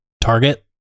target